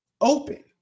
open